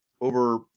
over